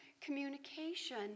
communication